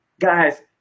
Guys